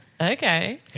Okay